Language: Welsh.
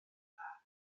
dda